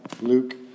Luke